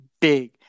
big